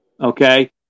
Okay